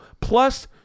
plus